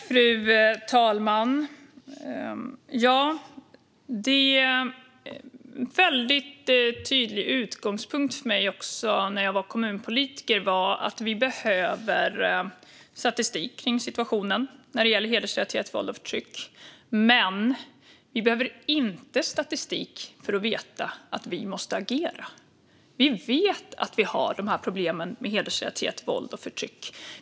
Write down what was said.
Fru talman! En väldigt tydlig utgångspunkt för mig när jag var kommunpolitiker var att vi behöver statistik om situationen när det gäller hedersrelaterat våld och förtryck. Men vi behöver inte statistik för att veta att vi måste agera. Vi vet att vi har dessa problem med hedersrelaterat våld och förtryck.